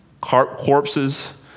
corpses